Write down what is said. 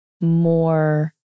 more